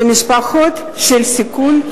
למשפחות בסיכון,